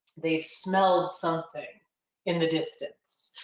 they've smelled something in the distance,